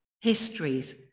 Histories